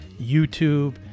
YouTube